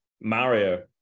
Mario